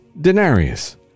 denarius